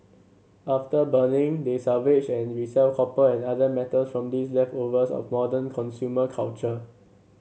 after burning they salvage and resell copper and other metals from these leftovers of modern consumer culture